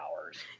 hours